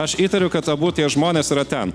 aš įtariu kad abu tie žmonės yra ten